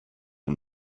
and